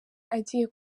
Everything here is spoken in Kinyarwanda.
agiye